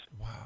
Wow